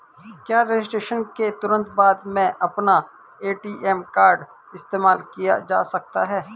क्या रजिस्ट्रेशन के तुरंत बाद में अपना ए.टी.एम कार्ड इस्तेमाल किया जा सकता है?